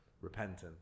repentance